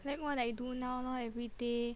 like what I do now lor everyday